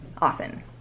often